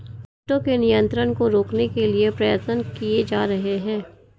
कीटों के नियंत्रण को रोकने के लिए प्रयत्न किये जा रहे हैं